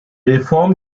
reform